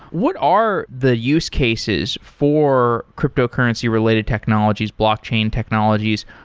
what are the use cases for cryptocurrency related technologies, blockchain technologies?